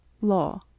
Law